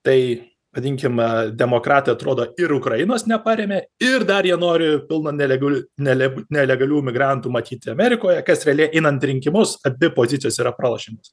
tai vadinkim a demokratai atrodo ir ukrainos neparėmė ir dar jie nori pilna nelegalių nele nelegalių migrantų matyti amerikoje kas realiai einant į rinkimus abi pozicijos yra pralošiamos